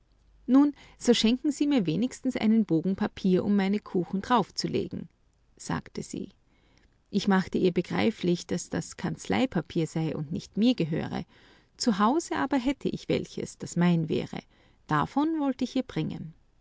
nun so schenken sie mir wenigstens einen bogen papier um meine kuchen daraufzulegen sagte sie ich machte ihr begreiflich daß das kanzleipapier sei und nicht mir gehöre zu hause aber hätte ich welches das mein wäre davon wollt ich ihr bringen